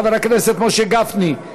חבר הכנסת משה גפני.